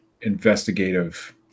investigative